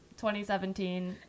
2017